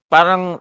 Parang